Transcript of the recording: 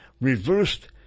reversed